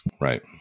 Right